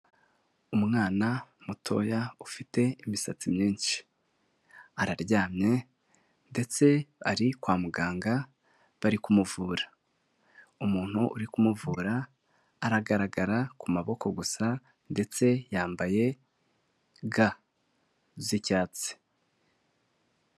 Umwana mutoya ufite imisatsi myinshi, araryamye ndetse ari kwa muganga bari kumuvura, umuntu uri kumuvura aragaragara ku maboko gusa ndetse yambaye ga z'icyatsi.